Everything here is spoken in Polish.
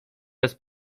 bez